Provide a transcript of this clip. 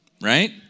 right